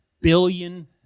billion